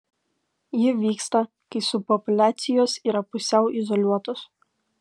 ji vyksta kai subpopuliacijos yra pusiau izoliuotos